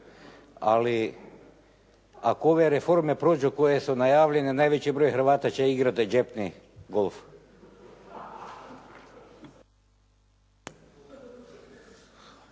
ali ako ove reforme prođu koje su najavljene, najveći broj Hrvata će igrati džepni golf.